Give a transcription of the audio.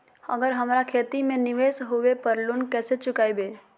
अगर हमरा खेती में निवेस होवे पर लोन कैसे चुकाइबे?